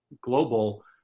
global